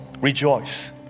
rejoice